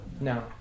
No